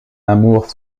amour